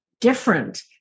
different